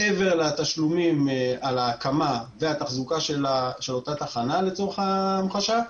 מעבר לתשלומים על ההקמה והתחזוקה של אותה תחנה לצורך ההמחשה,